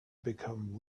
become